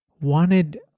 wanted